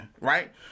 Right